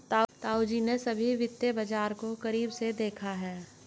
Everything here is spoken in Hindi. ताऊजी ने सभी वित्तीय बाजार को करीब से देखा है